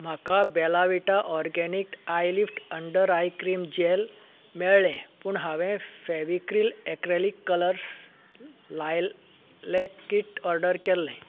म्हाका Bella Vita organic eyelift under eye cream gel मेळ्ळें पूण हांवें Fevicryl acrylic colours lilac kit order केल्लें